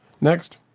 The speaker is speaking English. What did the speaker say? Next